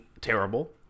terrible